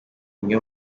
umwe